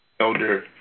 Elder